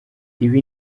ibi